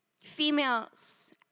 Females